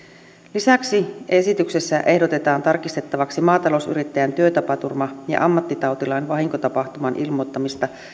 lisäksi esityksessä ehdotetaan tarkistettavaksi maatalousyrittäjän työtapaturma ja ammattitautilain vahinkotapahtuman ilmoittamista